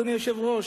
אדוני היושב-ראש.